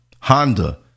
Honda